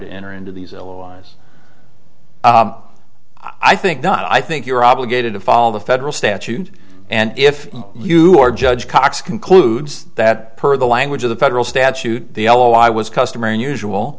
to enter into these allies i think not i think you're obligated to follow the federal statute and if you or judge cox concludes that per the language of the federal statute oh i was customer unusual